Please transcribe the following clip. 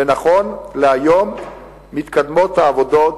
ונכון להיום העבודות